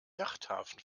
yachthafen